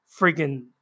freaking